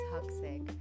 toxic